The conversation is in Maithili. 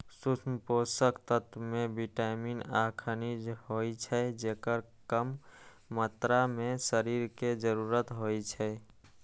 सूक्ष्म पोषक तत्व मे विटामिन आ खनिज होइ छै, जेकर कम मात्रा मे शरीर कें जरूरत होइ छै